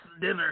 dinner